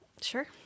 sure